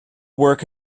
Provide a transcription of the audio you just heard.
work